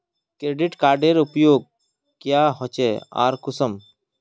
Credit कार्डेर उपयोग क्याँ होचे आर कुंसम?